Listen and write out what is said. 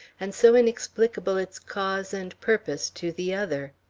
and so inexplicable its cause and purpose to the other.